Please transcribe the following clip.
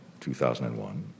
2001